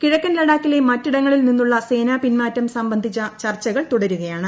കിഴക്കൻ ലഡാക്കിലെ മറ്റിടങ്ങളിൽ നിന്നുള്ള സേനാ പിൻമാറ്റം സംബന്ധിച്ച ചർച്ചകൾ തുടരുകയാണ്